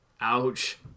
Ouch